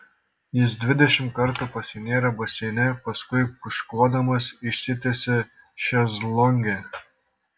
jis dvidešimt kartų pasinėrė baseine paskui pūškuodamas išsitiesė šezlonge